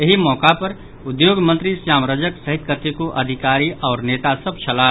एहि मौका पर उद्योग मंत्री श्याम रजक सहित कतेको अधिकारी आओर नेता सभ छलाह